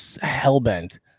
hell-bent